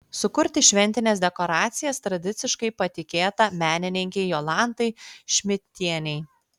sukurti šventines dekoracijas tradiciškai patikėta menininkei jolantai šmidtienei